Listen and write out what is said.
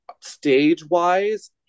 stage-wise